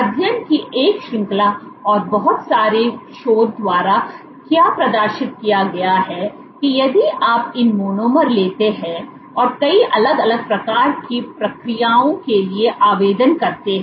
अध्ययन की एक श्रृंखला और बहुत सारे शोध द्वारा क्या प्रदर्शित किया गया है कि यदि आप इन मोनोमर लेते हैं और कई अलग अलग प्रकार की प्रक्रियाओं के लिए आवेदन करते हैं